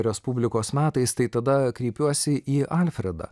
respublikos metais tai tada kreipiuosi į alfredą